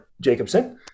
Jacobson